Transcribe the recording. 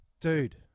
dude